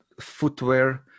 footwear